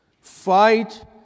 Fight